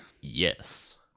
Yes